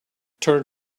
turn